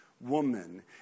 woman